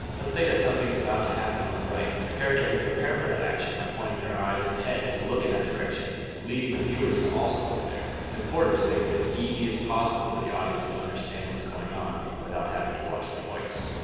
let's say that something is about to happen on the right. a character may prepare for that action by pointing their eyes and head to look in that direction leading the viewers to also look there it's important to make it as easy as possible for the audience to understand what's going on without having to watch it twice.